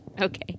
Okay